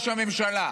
לזה כל השנים.